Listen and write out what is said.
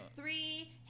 three